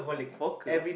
hawker